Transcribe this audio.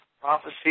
prophecy